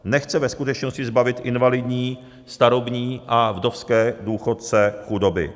Nechce ve skutečnosti zbavit invalidní, starobní a vdovské důchodce chudoby.